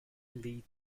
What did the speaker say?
lead